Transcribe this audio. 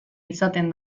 izaten